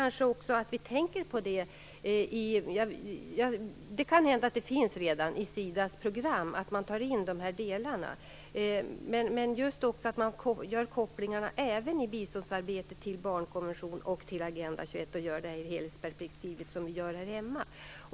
Det kan hända att detta redan finns i SIDA:s program, men det är viktigt att man i biståndsarbetet gör dessa kopplingar till barnkonventionen och Agenda 21 med det helhetsperspektiv som vi gör här hemma.